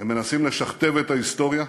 הם מנסים לשכתב את ההיסטוריה,